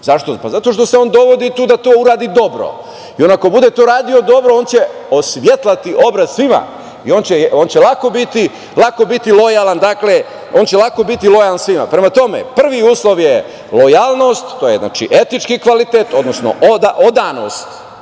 Zašto? Zato što se on dovodi tu da to uradi dobro i on ako to bude uradio dobro, on će osvetlati obraz svima i on će lako biti lojalan svima. Prema tome, prvi uslov je lojalnost, to je etički kvalitet, odnosno odanost